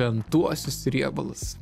šventuosius riebalus